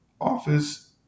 office